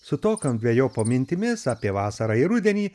su tokiom dvejopom mintimis apie vasarą ir rudenį